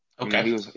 Okay